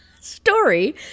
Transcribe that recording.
story